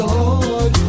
Lord